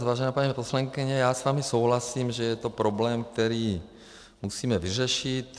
Vážená paní poslankyně, já s vámi souhlasím, že je to problém, který musíme vyřešit.